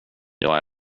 jag